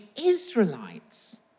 Israelites